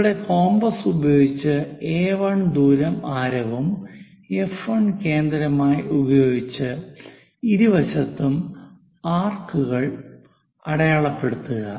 നിങ്ങളുടെ കോമ്പസ് ഉപയോഗിച്ച് എ1 ദൂരം ആരവും എഫ്1 കേന്ദ്രമായി ഉപയോഗിച്ച് ഇരുവശത്തും ആർക്കുകൾ അടയാളപ്പെടുത്തുക